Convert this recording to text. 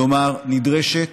כלומר, נדרשת